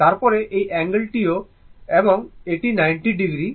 তারপরে এই অ্যাঙ্গেলটিও θ এবং এটি 90 ডিগ্রি